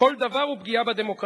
כל דבר הוא פגיעה בדמוקרטיה.